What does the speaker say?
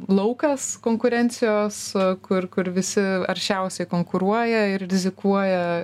laukas konkurencijos kur kur visi aršiausiai konkuruoja ir rizikuoja